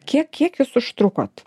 kiek kiek jūs užtrukot